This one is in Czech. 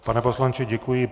Pane poslanče, děkuji.